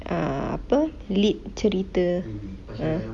ah apa lead cerita uh